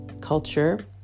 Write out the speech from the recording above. culture